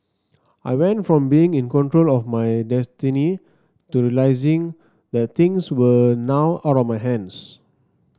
I went from being in control of my destiny to realising that things were now out of my hands